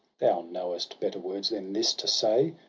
thou knowest better words than this to say.